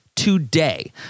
today